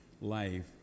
life